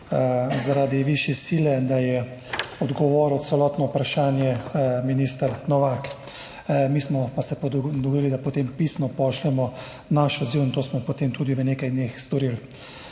zaradi višje sile, da je odgovoril na celotno vprašanje minister Novak. Mi smo se pa dogovorili, da potem pisno pošljemo svoj odziv, in to smo potem tudi v nekaj dneh storili.